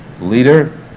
leader